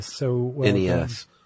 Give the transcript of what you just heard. NES